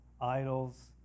idols